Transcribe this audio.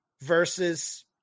versus